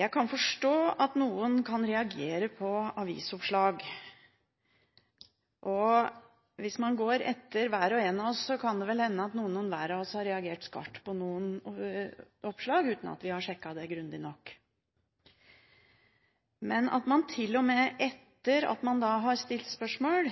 Jeg kan forstå at noen kan reagere på avisoppslag. Det kan vel hende at noen hver av oss har reagert skarpt på noen oppslag, uten at vi har sjekket det grundig nok. Det at man, når man har stilt spørsmål